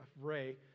Ray